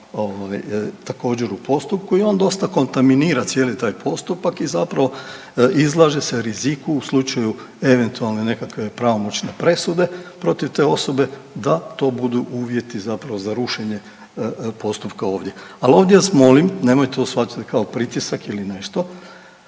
također u postupku i on dosta kontaminira cijeli taj postupak i zapravo izlaže se riziku u slučaju eventualne nekakve pravomoćne presude protiv te osobe da to budu uvjeti zapravo za rušenje postupka ovdje. Ali ovdje vas molim nemojte to shvatiti kao pritisak ili nešto